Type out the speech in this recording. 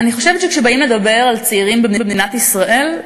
אני חושבת שכשבאים לדבר על צעירים במדינת ישראל,